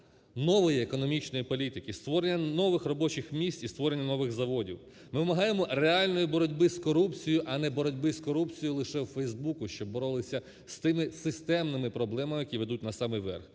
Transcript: нової економічної політики, створення нових робочих місць і створення нових заводів. Ми вимагаємо реальної боротьби з корупцією, а не боротьби з корупцією лише в Facebook, щоб боролися з тими системними проблемами, які ведуть на самий верх.